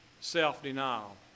self-denial